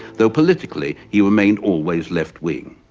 though, politically, he remained always left-wing.